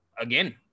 again